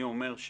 אני אומר,